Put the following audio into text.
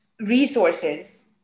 resources